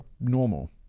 normal